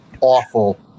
awful